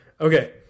Okay